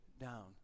down